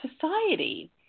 society